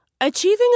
Achieving